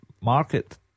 market